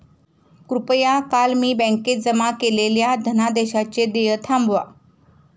कृपया काल मी बँकेत जमा केलेल्या धनादेशाचे देय थांबवा